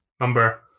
Number